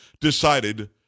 decided